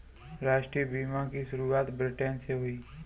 राष्ट्रीय बीमा की शुरुआत ब्रिटैन से हुई